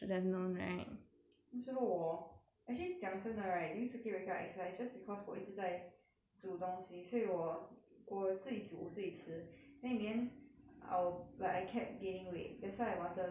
那时候我 actually 讲真的 right during circuit breaker I exercise just because 我一直在煮东西所以我我自己煮自己吃 then in the end I will I kept gaining weight that's why I wanted to lose the weight that I gained